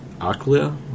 Aquila